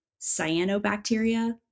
cyanobacteria